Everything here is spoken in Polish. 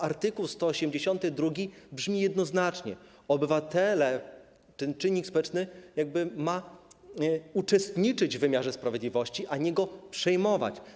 Art. 182 mówi jednoznacznie, że obywatele, ten czynnik społeczny, mają uczestniczyć w wymiarze sprawiedliwości, a nie go przejmować.